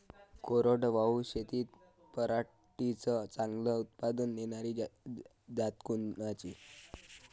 कोरडवाहू शेतीत पराटीचं चांगलं उत्पादन देनारी जात कोनची?